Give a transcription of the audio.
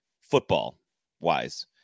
football-wise